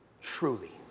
truly